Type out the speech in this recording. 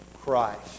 Christ